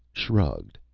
shrugged,